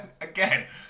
again